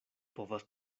povas